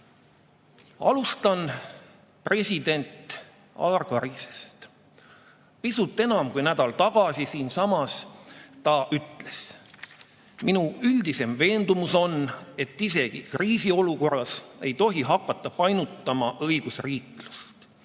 Alustan president Alar Karisest. Pisut enam kui nädal tagasi siinsamas ta ütles: "Minu üldisem veendumus on, et isegi kriisiolukorras ei tohi hakata painutama õigusriiklust.